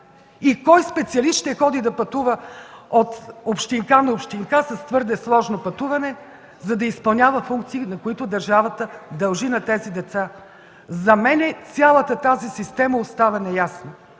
Кой специалист ще ходи да пътува от общинка на общинка с твърде сложно пътуване, за да изпълнява функции, които държавата дължи на тези деца? За мен цялата тази система остава неясна.